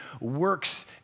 works